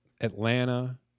Atlanta